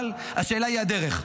אבל השאלה היא הדרך.